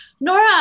Nora